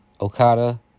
Okada